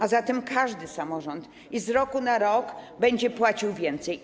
A zatem każdy samorząd z roku na rok będzie płacił więcej.